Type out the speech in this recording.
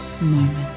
moment